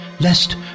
Lest